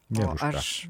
nėra už ką